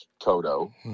Toto